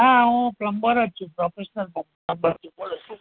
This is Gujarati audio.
હા હું પ્લમ્બર જ છું પ્રોફેશનલ પ્લ પ્લમ્બર છું બોલો શું કહેવું